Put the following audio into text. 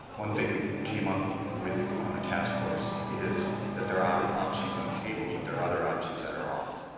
one thing we came up with on the task force is that there are options on the table but there are other options that are off.